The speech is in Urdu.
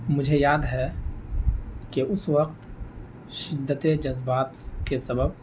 مجھے یاد ہے کہ اس وقت شدت جذبات کے سبب